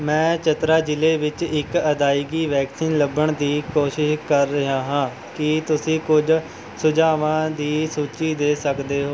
ਮੈਂ ਚਤਰਾ ਜ਼ਿਲ੍ਹੇ ਵਿੱਚ ਇੱਕ ਅਦਾਇਗੀ ਵੈਕਸੀਨ ਲੱਭਣ ਦੀ ਕੋਸ਼ਿਸ਼ ਕਰ ਰਿਹਾ ਹਾਂ ਕੀ ਤੁਸੀਂ ਕੁਝ ਸੁਝਾਵਾਂ ਦੀ ਸੂਚੀ ਦੇ ਸਕਦੇ ਹੋ